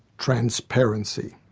transparency.